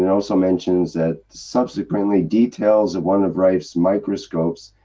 and also mentions that subsequently, details of one of rife's microscopes,